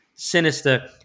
Sinister